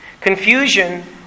Confusion